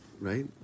Right